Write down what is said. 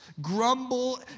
grumble